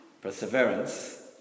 Perseverance